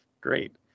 great